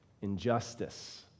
injustice